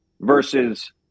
versus